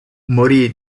morì